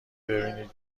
ببینی